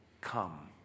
come